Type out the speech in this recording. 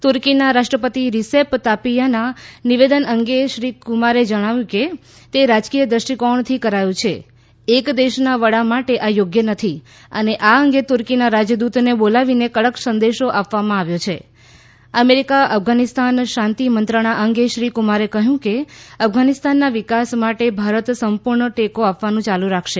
તૂર્કીના રાષ્ટ્રપતિ રીસેપ તાપીયના નિવેદન અંગે શ્રી કુમારે કહ્યું કે તે રાજકીય દ્રષ્ટિકોણથી કરાયું છે એક દેશના વડા માટે આ યોગ્ય નથી અને આ અંગે તૂર્કીના રાજદૂતને બોલાવીને કડક સંદેશો આપવામાં આવ્યો છે અમેરિકા અફઘાનિસ્તાન શાંતિ મંત્રણા અંગે શ્રી કુમારે કહ્યું કે અફઘાનિસ્તાનના વિકાસ માટે ભારત સંપૂર્ણ ટેકો આપવાનું ચાલુ રાખશે